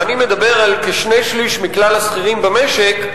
ואני מדבר על כשני-שלישים מכלל השכירים במשק,